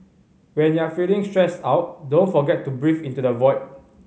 when you are feeling stressed out don't forget to breathe into the void